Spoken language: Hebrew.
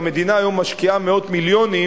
והמדינה משקיעה היום מאות מיליונים